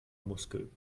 muskel